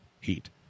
heat